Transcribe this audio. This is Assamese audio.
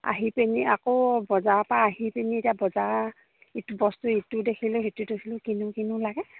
আহি পিনি আকৌ বজাৰৰ পৰা আহি পিনি এতিয়া বজাৰ ইটো বস্তু ইটো দেখিলোঁ সেইটো দেখিলোঁ কিনো কিনো লাগে